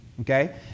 okay